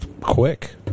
quick